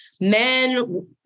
men